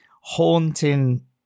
haunting